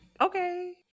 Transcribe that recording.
okay